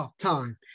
time